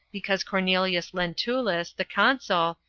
because cornelius lentulus, the consul,